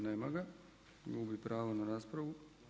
Nema ga, gubi pravo na raspravu.